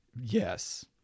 Yes